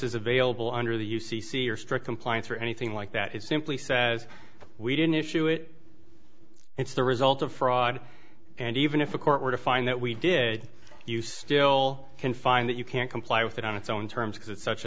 defenses available under the u c c or strict compliance or anything like that it simply says we didn't issue it it's the result of fraud and even if a court were to find that we did you still can find that you can't comply with it on its own terms because it's such